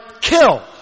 kill